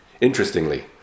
Interestingly